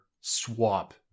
swap